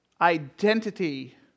identity